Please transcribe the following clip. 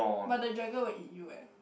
but the dragon will eat you eh